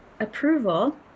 approval